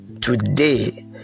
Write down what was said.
today